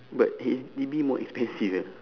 but H_D_B more expensive eh